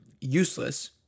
useless